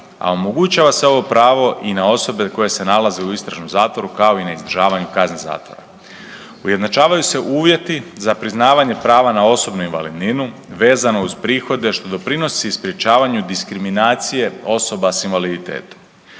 a omogućava se ovo pravo i na osobe koje se nalaze i u istražnom zatvoru, kao i na izdržavanju kazne zatvora. Ujednačavaju se uvjeti za priznavanje prava na osobnu invalidninu vezano uz prihode, što doprinosi sprječavanju diskriminacije osoba sa invaliditetom.